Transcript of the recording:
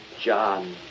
John